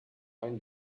ein